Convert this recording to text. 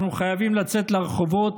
אנחנו חייבים לצאת לרחובות,